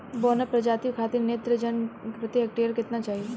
बौना प्रजाति खातिर नेत्रजन प्रति हेक्टेयर केतना चाही?